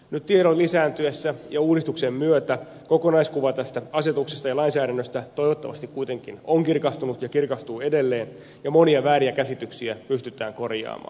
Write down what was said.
nyt tiedon lisääntyessä ja uudistuksen myötä kokonaiskuva tästä asetuksesta ja lainsäädännöstä toivottavasti kuitenkin on kirkastunut ja kirkastuu edelleen ja monia vääriä käsityksiä pystytään korjaamaan